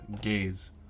gaze